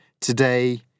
Today